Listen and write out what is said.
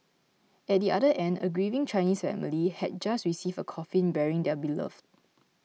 at the other end a grieving Chinese family had just received a coffin bearing their beloved